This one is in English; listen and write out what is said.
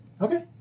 Okay